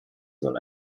soll